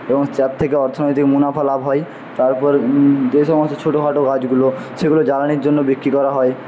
এবং তার থেকে অর্থনৈতিক মুনাফা লাভ হয় তারপর যে সমস্ত ছোটোখাটো গাছগুলো সেগুলো জ্বালানির জন্য বিক্রি করা হয়